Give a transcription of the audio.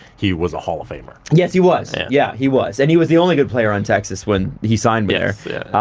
he was a hall-of-famer. yes he was, yeah, yeah he was, and he was the only good player in texas when he signed there. yeah,